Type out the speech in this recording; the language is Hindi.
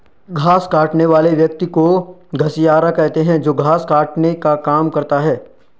घास काटने वाले व्यक्ति को घसियारा कहते हैं जो घास काटने का काम करता है